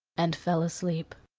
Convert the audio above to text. and fell asleep.